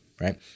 right